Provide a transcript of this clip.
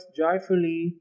joyfully